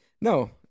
No